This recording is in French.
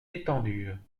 étendues